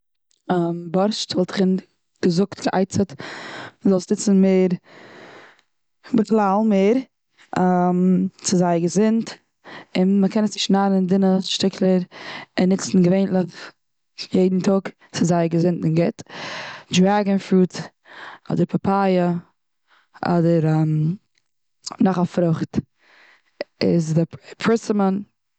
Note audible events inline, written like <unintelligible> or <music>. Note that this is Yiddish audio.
<hesitation> בארשט וואלט איך <unintelligible> געזאגט גע'עצה'ט מ'זאל עס ניצן מער בכלל מער <hesitation> ס'זייער געזונט און מ'קען עס צושניידן און דינע שטיקער, און ניצן געווענליך, יעדן טאג ס'איז זייער געזונט און גוט. דרעגאן פראוט, אדער פאפייע, אדער <hesitation> נאך א פרוכט איז די פערסימון.